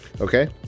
Okay